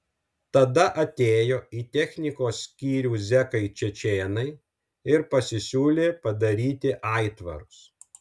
tada atėjo į technikos skyrių zekai čečėnai ir pasisiūlė padaryti aitvarus